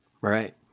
Right